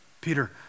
Peter